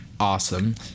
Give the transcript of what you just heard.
Awesome